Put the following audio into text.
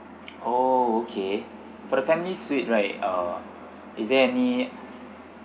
oo okay for the families suite right uh is there any